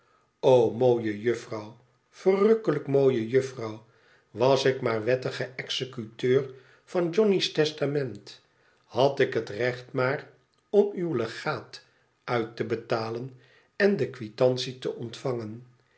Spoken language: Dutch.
mooie jufvou verrukkelijk mooie jufvou was ik maar wettige executeur van johnny's testament had ik het recht maar om uw legaat nit te betalen en de quitande te ontvangen